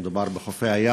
מדובר גם בחופי הים.